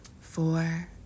four